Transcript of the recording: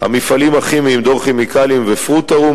המפעלים הכימיים "דור כימיקלים" ו"פרוטרום",